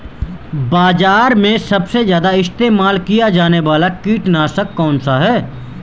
बाज़ार में सबसे ज़्यादा इस्तेमाल किया जाने वाला कीटनाशक कौनसा है?